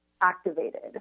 activated